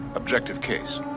objective case.